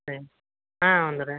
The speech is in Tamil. சரி ஆ வந்துடுறேன்